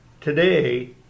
today